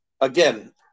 again